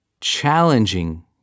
challenging